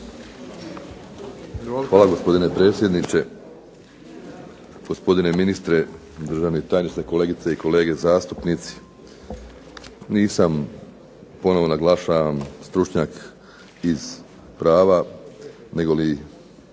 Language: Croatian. Hvala gospodine predsjedniče, gospodine ministre, državni tajniče, kolegice i kolege zastupnici. Nisam ponovo naglašavam stručnjak iz prava negoli